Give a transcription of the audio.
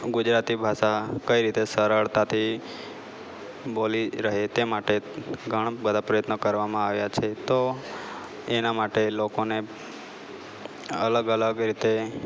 ગુજરાતી ભાષા કઈ રીતે સરળતાથી બોલી રહે તે માટે ઘણાબધા પ્રયત્નો કરવામાં આવ્યા છે તો એના માટે લોકોને અલગ અલગ રીતે